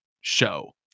show